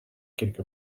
quelque